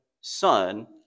son